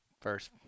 first